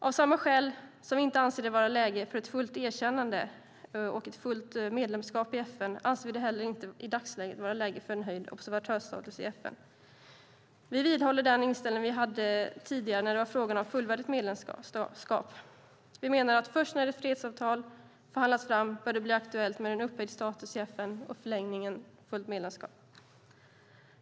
Av samma skäl som vi inte anser det vara läge för ett fullt erkännande och ett fullt medlemskap i FN anser vi det heller inte i dagsläget vara läge för en höjd observatörsstatus i FN. Vi vidhåller den inställning vi hade tidigare när det var frågan om fullvärdigt medlemskap. Vi menar att först när ett fredsavtal förhandlats fram bör det bli aktuellt med en upphöjd status i FN och i förlängningen ett fullt medlemskap.